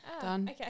Done